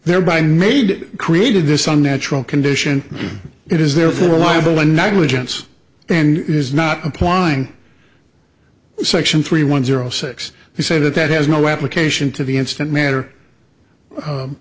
thereby made created this some natural condition it is therefore liable and negligence and is not applying section three one zero six he said it has no application to the instant matter